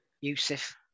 Yusuf